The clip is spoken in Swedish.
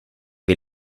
vid